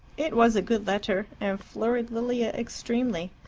it was a good letter, and flurried lilia extremely.